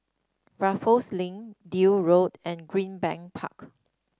Raffles Link Deal Road and Greenbank Park